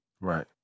Right